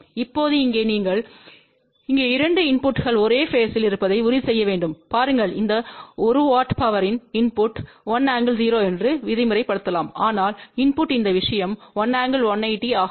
இப்போது இங்கே நீங்கள் இங்கே 2 இன்புட்கள் ஒரே பேஸ்த்தில் இருப்பதை உறுதி செய்ய வேண்டும் பாருங்கள் இந்த 1 W பவர்யின் இன்புட்1∠00என்று விதிமுறைலலாம் ஆனால் இன்புட் இந்த விஷயம் 1∠1800 ஆகும்